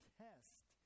test